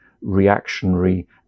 reactionary